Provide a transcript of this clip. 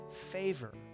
favor